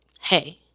hey